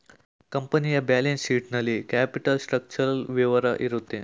ಕಂಪನಿಯ balance sheet ನಲ್ಲಿ capital structural ವಿವರ ಇರುತ್ತೆ